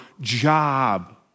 job